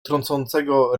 tracącego